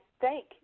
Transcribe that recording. thank